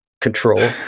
control